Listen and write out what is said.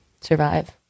survive